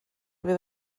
fydd